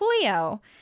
Cleo